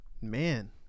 Man